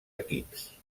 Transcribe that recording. equips